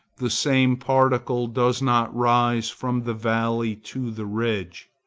the same particle does not rise from the valley to the ridge.